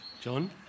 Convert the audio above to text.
John